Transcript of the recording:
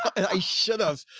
i should have.